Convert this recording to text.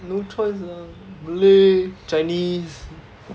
no choice ah malay chinese